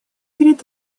перед